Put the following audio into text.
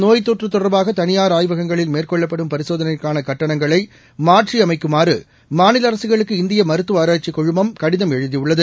நோய் தொற்று தொடர்பாக தனியார் மேற்கொள்ளப்படும் இந்த பரிசோதனைகளுக்கான கட்டணங்களை மாற்றியமைக்குமாறு மாநில அரசுகளுக்கு இந்திய மருத்துவ ஆராய்ச்சிக் குழுமம் கடிதம் எழுதியுள்ளது